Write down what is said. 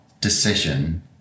decision